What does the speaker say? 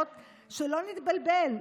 שלא נתבלבל.